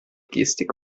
gestik